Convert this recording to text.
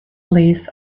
lease